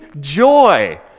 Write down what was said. joy